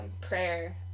prayer